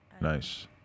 Nice